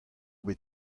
bet